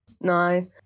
No